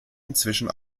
inzwischen